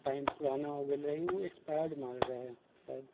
time पुराना हो गेल रहै ओ इक्स्पाइर्ड माल रहै शायद